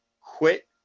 quit